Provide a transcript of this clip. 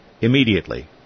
immediately